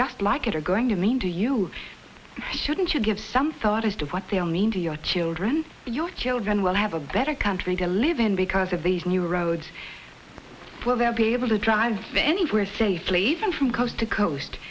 just like it are going to need to you shouldn't you give some thought as to what they all mean to your children and your children will have a better country to live in the because of these new roads will there be able to drive anywhere safely even from coast to coast